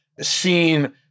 seen